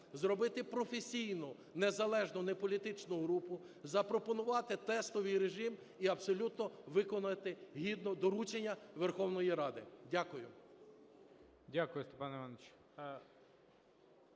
Зробити професійну, незалежну, неполітичну групу, запропонувати тестовий режим і абсолютно виконати гідно доручення Верховної Ради. Дякую.